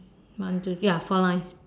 one two ya four lines